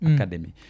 Academy